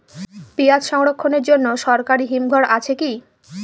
পিয়াজ সংরক্ষণের জন্য সরকারি হিমঘর আছে কি?